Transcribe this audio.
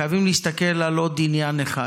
חייבים להסתכל על עוד עניין אחד,